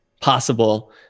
possible